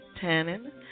tannin